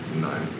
nine